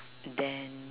then